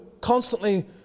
constantly